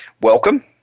welcome